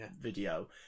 video